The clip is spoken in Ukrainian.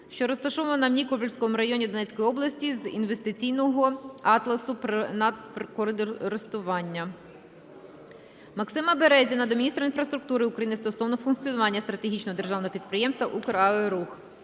що розташована у Нікольському районі Донецької області з Інвестиційного атласу надрокористування. Максима Березіна до міністра інфраструктури України стосовно функціонування стратегічного державного підприємства "Украерорух".